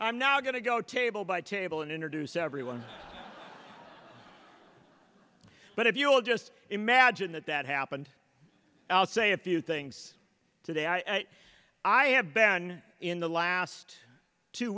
i'm not going to go table by table and introduce everyone but if you will just imagine that that happened i'll say a few things today i i have been in the last two